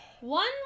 One